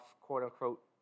quote-unquote